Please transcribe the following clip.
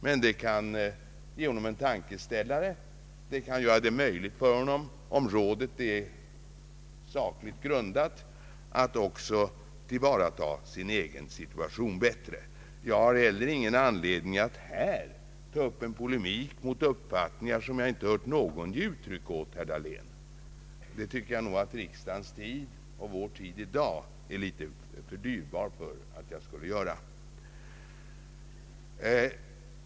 Man kan ge honom en tankeställare, göra det möjligt för honom, om rådet är sakligt grundat, att tillvarata sin egen situation bättre. Jag har heller ingen anledning att ta upp en polemik mot uppfattningar som jag inte hört någon ge uttryck åt, herr Dahlén. Det tycker jag nog att riksdagens tid och vår tid i dag är litet för dyrbar för att jag skulle göra.